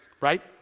right